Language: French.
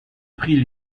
prix